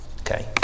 okay